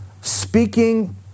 speaking